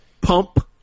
pump